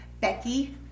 Becky